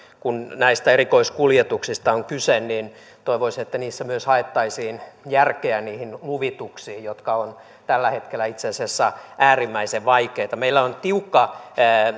kun näistä erikoiskuljetuksista on kyse että toivoisi että myös niissä haettaisiin järkeä luvituksiin jotka ovat tällä hetkellä itse asiassa äärimmäisen vaikeita meillä on tiukka